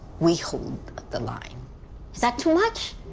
we hold the line. is that too much?